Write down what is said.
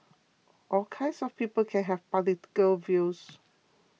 all kinds of people can have political views